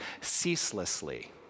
ceaselessly